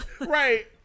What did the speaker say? Right